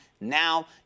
Now